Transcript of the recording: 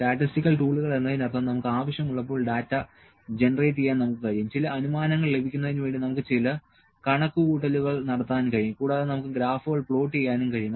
statistical ടൂളുകൾ എന്നതിനർത്ഥം നമുക്ക് ആവശ്യമുള്ളപ്പോൾ ഡാറ്റ ജനറേറ്റ് ചെയ്യാൻ നമുക്ക് കഴിയും ചില അനുമാനങ്ങൾ ലഭിക്കുന്നതിന് വേണ്ടി നമുക്ക് ചില കണക്കുകൂട്ടലുകൾ നടത്താൻ കഴിയും കൂടാതെ നമുക്ക് ഗ്രാഫുകൾ പ്ലോട്ട് ചെയ്യാനും കഴിയും